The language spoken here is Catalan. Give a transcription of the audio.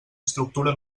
estructura